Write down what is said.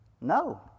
No